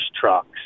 trucks